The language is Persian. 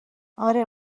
اره